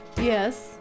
yes